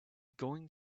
going